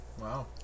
Wow